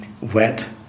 wet